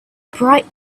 bright